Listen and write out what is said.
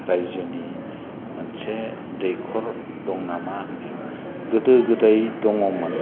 रायजोनि मोनसे दैख'र दं नामा होननायाव गोदो गोदाय दङमोन